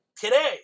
today